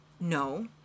no